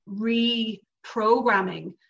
reprogramming